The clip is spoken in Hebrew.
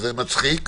וזה מצחיק.